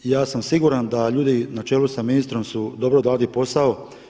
Ja sam siguran da ljudi na čelu s ministrom su dobro odradili posao.